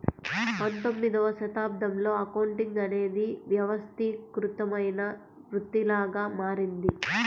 పంతొమ్మిదవ శతాబ్దంలో అకౌంటింగ్ అనేది వ్యవస్థీకృతమైన వృత్తిలాగా మారింది